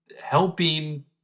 helping